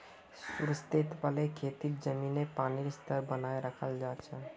sustainable खेतित ज़मीनी पानीर स्तर बनाए राखाल जाहा